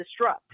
destruct